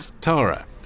Tara